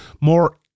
more